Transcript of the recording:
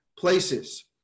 places